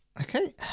Okay